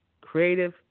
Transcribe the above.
creative